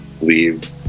leave